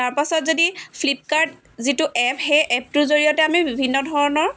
তাৰপাছত যদি ফ্লিপকাৰ্ট যিটো এপ সেই এপটোৰ জৰিয়তে আমি বিভিন্ন ধৰণৰ